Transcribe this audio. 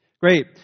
Great